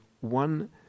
one